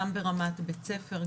גם ברמת בית הספר,